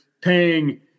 paying